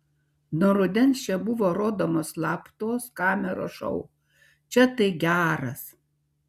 nuo rudens čia buvo rodomas slaptos kameros šou čia tai geras